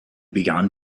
began